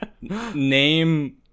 Name